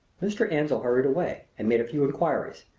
mr. ansell hurried away and made a few inquiries.